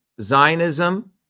Zionism